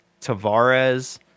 Tavares